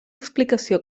explicació